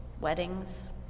weddings